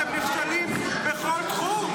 אתם נכשלים בכל תחום.